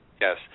Yes